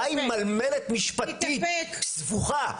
בא עם מלמלת משפטית סבוכה.